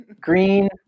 Green